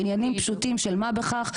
עניינים פשוטים של מה בכך.